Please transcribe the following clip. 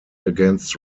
against